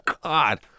God